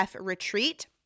retreat